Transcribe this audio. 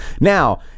Now